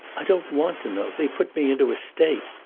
i don't want to know they put me into a state.